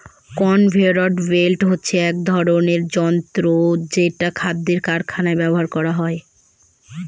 conveyor belt হচ্ছে এক ধরনের যন্ত্র যেটা খাদ্য কারখানায় ব্যবহার করা হয়